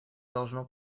должно